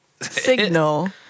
Signal